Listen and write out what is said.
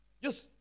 Yes